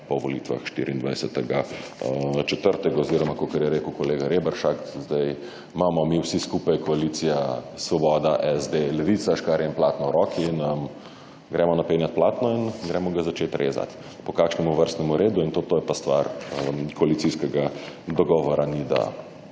po volitvah 24. 4. oziroma, kakor je rekel kolega Reberšek, zdaj, imamo mi vsi skupaj koalicija - Svoboda, SD in Levica – škarje in platno v roki in, gremo napenjat platno in gremo za začet rezat, po kakšnemu vrstnemu redu in to, to je pa stvar koalicijskega dogovora, ni da